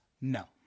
No